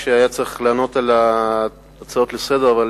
שהיה צריך לענות על ההצעות לסדר-היום,